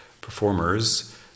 performers